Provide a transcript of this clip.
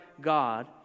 God